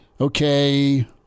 okay